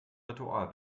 ritual